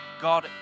God